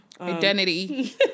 Identity